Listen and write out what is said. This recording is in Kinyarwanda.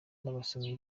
n’abasomyi